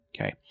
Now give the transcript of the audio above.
Okay